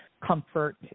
comfort